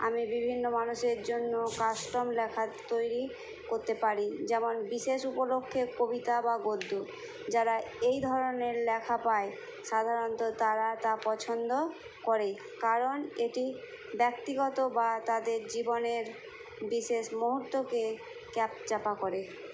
আমি বিভিন্ন মানুষের জন্য কাস্টম লেখা তৈরি করতে পারি যেমন বিশেষ উপলক্ষে কবিতা বা গদ্য যারা এই ধরনের লেখা পায় সাধারণত তারা তা পছন্দ করে কারণ এটি ব্যক্তিগত বা তাদের জীবনের বিশেষ মুহুর্তকে ক্যাপচার করে